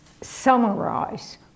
summarize